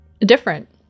different